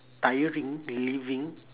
tiring living